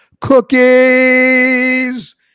cookies